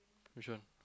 which one